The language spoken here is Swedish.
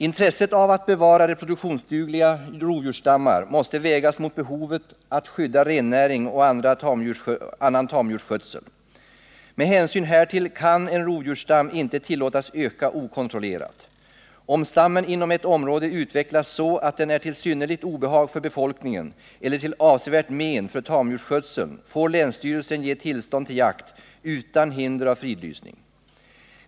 Intresset av att bevara reproduktionsdugliga rovdjursstammar måste vägas mot behovet att skydda rennäring och annan tamdjursskötsel. Med hänsyn härtill kan en rovdjursstam inte tillåtas öka okontrollerat. Om stammen inom ett område utvecklas så att den är till synnerligt obehag för befolkningen eller till avsevärt men för tamdjursskötseln, får länsstyrelsen ge tillstånd till jakt utan hinder av fridlysning.